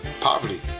poverty